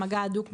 "מגע הדוק",